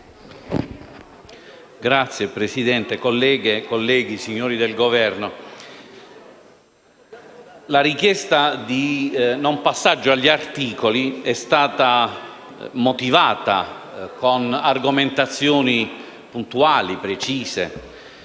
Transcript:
Signor Presidente, colleghe e colleghi, signori del Governo, la richiesta di non passaggio agli articoli è stata motivata con argomentazioni puntuali e precise,